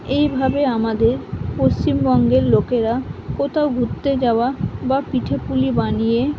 এইভাবে আমাদের পশ্চিমবঙ্গের লোকেরা কোথাও ঘুরতে যাওয়া বা পিঠে পুলি বানিয়ে